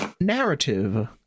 Narrative